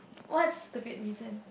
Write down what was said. what's a stupid reason